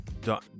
done